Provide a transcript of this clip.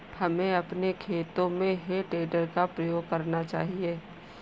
हमें अपने खेतों में हे टेडर का प्रयोग करना चाहिए